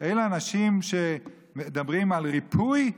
אלה האנשים שמדברים על ריפוי?